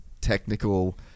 technical